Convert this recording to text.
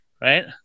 Right